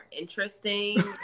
interesting